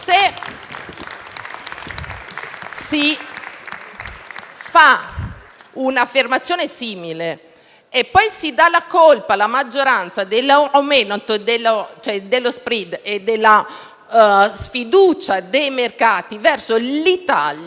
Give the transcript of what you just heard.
si fa un'affermazione simile e poi si dà la colpa alla maggioranza dell'aumento dello *spread* e della sfiducia dei mercati verso l'Italia,